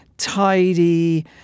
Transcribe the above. tidy